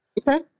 Okay